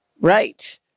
Right